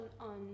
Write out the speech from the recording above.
on